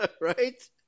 Right